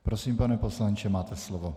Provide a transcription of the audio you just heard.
Prosím, pane poslanče, máte slovo.